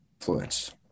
influence